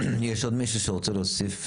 יש עוד מישהו שרוצה להוסיף?